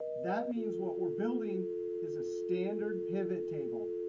that means what we're building is a standard pivot table.